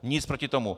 Nic proti tomu.